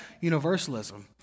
universalism